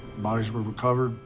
bodies were recovered,